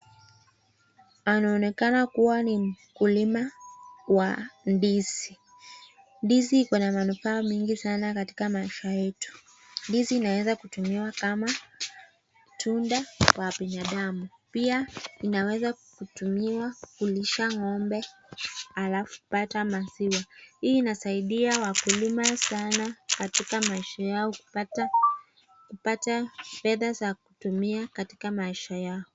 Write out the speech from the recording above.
Anaonekana kuwa ni mkulima wa ndizi , ndizi iko na manufaa mingi sana katika maisha yetu . Ndizi inaweza kutumiwa kama tunda wa binadamu, pia inaweza kutumiwa kulisha ngombe alafu kupata maziwa. Hii inasaidia wakulima sana katika maisha yao kupata fedha za kutumia katika maisha yao.